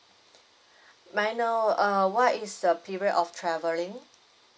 may I know uh what is the period of travelling